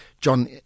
John